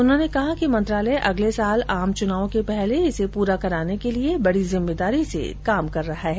उन्होंने कहा कि मंत्रालय अगले वर्ष आम चुनाव के पहले इसे पूरा करने के लिए बड़ी जिम्मेदारी से काम कर रहा है